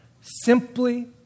simply